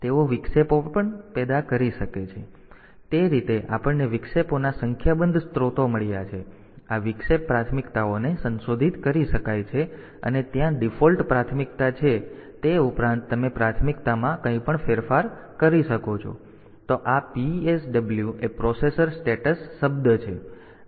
તેથી તે રીતે આપણને વિક્ષેપોના સંખ્યાબંધ સ્ત્રોતો મળ્યા છે અને આ વિક્ષેપ પ્રાથમિકતાઓને સંશોધિત કરી શકાય છે અને ત્યાં ડિફોલ્ટ પ્રાથમિકતા છે પરંતુ તે ઉપરાંત તમે પ્રાથમિકતામાં પણ ફેરફાર કરી શકો છો તો આ PSW એ પ્રોસેસર સ્ટેટસ શબ્દ છે